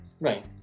Right